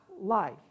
life